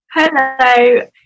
hello